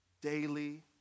daily